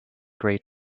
great